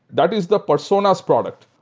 that is the personas product.